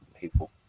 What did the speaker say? people